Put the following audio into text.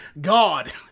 God